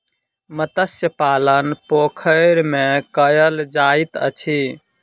मत्स्य पालन पोखैर में कायल जाइत अछि